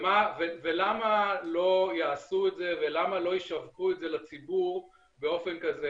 ולמה לא יעשו את זה ולמה לא ישווקו את זה לציבור באופן כזה?